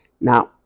now